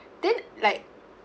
then like